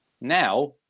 Now